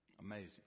Amazing